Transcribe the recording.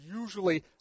usually